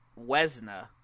Wesna